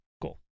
Cool